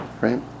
Right